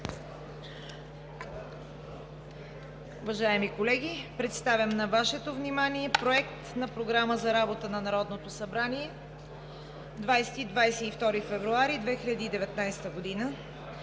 Уважаеми колеги, представям на Вашето внимание Проект на Програма за работа на Народното събрание – 20 – 22 февруари 2019 г.: „1.